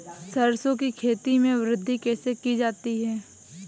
सरसो की खेती में वृद्धि कैसे की जाती है?